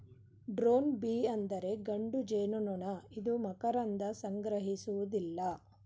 drone bee ಅಂದರೆ ಗಂಡು ಜೇನುನೊಣ ಇದು ಮಕರಂದ ಸಂಗ್ರಹಿಸುವುದಿಲ್ಲ